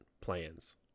plans